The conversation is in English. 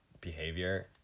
behavior